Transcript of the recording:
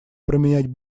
променять